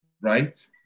Right